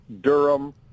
Durham